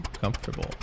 comfortable